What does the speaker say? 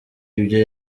ibyo